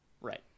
Right